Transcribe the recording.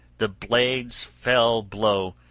the blade's fell blow,